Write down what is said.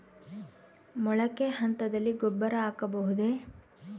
ಮೊಳಕೆ ಹಂತದಲ್ಲಿ ಗೊಬ್ಬರ ಹಾಕಬಹುದೇ?